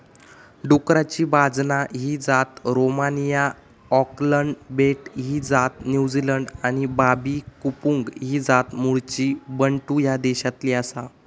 डुकराची बाजना ही जात रोमानिया, ऑकलंड बेट ही जात न्युझीलंड आणि बाबी कंपुंग ही जात मूळची बंटू ह्या देशातली आसा